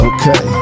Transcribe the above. Okay